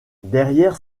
derrière